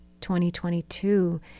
2022